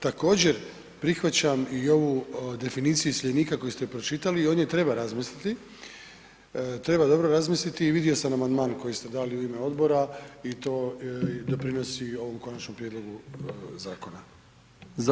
Također prihvaćam i ovu definiciju iseljenika koju ste pročitati i o njoj treba razmisliti, treba dobro razmisliti i vidio sam amandman koji ste dali u ime odbora i to doprinosi ovom konačnom prijedlogu zakona.